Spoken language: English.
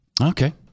Okay